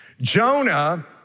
Jonah